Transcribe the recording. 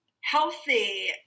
healthy